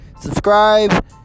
subscribe